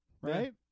right